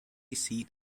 seat